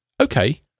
okay